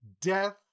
death